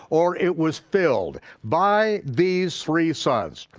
or it was filled. by these three sons,